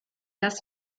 das